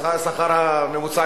השכר הממוצע,